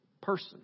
person